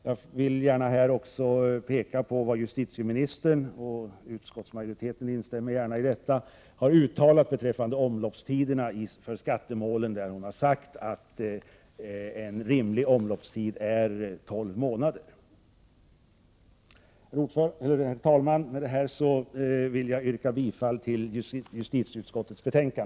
Jag vill här också påpeka vad justitieministern har uttalat — utskottsmajoriteten instämmer i det — om omloppstiderna för skattemål. Hon har sagt att en rimlig omloppstid är tolv månader. Herr talman! Med detta yrkar jag bifall till justitieutskottets hemställan.